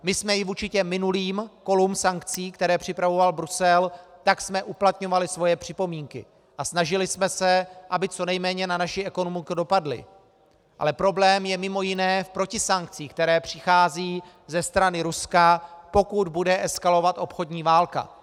My jsme i vůči těm minulým kolům sankcí, které připravoval Brusel, uplatňovali svoje připomínky a snažili jsme se, aby co nejméně na naši ekonomiku dopadly, ale problém je mimo jiné v protisankcích, které přicházejí ze strany Ruska, pokud bude eskalovat obchodní válka.